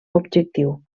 objectiu